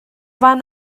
van